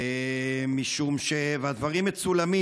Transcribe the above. והדברים מצולמים.